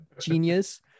genius